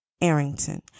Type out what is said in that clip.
Arrington